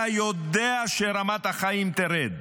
אתה יודע שרמת החיים תרד,